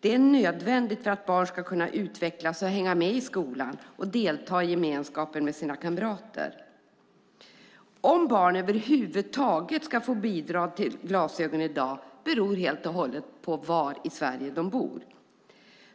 Det är nödvändigt för att barn ska kunna utvecklas och hänga med i skolan och delta i gemenskapen med sina kamrater. Om barn över huvud taget kan få bidrag till glasögon i dag beror helt och hållet på var i landet de bor.